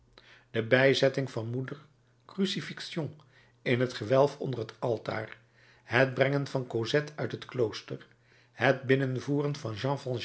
de bijzetting van moeder crucifixion in t gewelf onder het altaar het brengen van cosette uit het klooster het binnenvoeren van